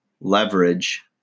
leverage